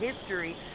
history